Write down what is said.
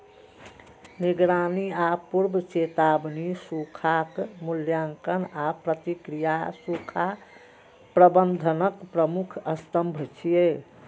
निगरानी आ पूर्व चेतावनी, सूखाक मूल्यांकन आ प्रतिक्रिया सूखा प्रबंधनक प्रमुख स्तंभ छियै